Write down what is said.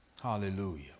Hallelujah